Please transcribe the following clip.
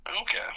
Okay